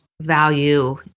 value